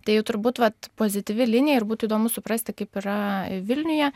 tai jau turbūt vat pozityvi linija ir būtų įdomu suprasti kaip yra vilniuje